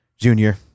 Junior